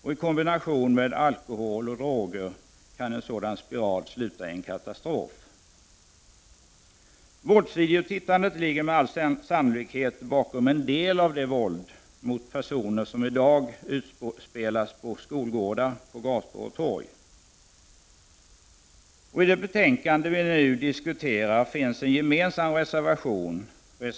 I kombination med alkohol och droger kan en sådan spiral sluta i en katastrof. Våldsvideotittandet ligger med all sannolikhet bakom en del av det våld — Prot. 1989/90:26 mot personer som i dag utspelas på skolgårdar och på gator och torg.